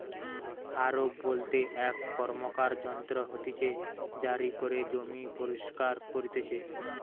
হারও বলতে এক র্কমকার যন্ত্র হতিছে জারি করে জমি পরিস্কার করতিছে